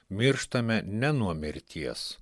mirštame ne nuo mirties